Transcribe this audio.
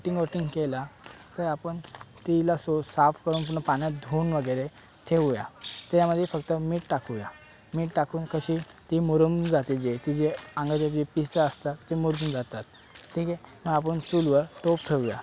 cutting वटिंग केल्या तर आपण तिला सो साफ करून पूर्ण पाण्यात धुऊन वगैरे ठेवूया त्यामधे फक्त मीठ टाकूया मीठ टाकून कशी ती मुरून जाते जे तिचे अंगाचे जे पिसं असतात ते मुरून जातात ठीक आहे आपण चुलीवर टोप ठेवूया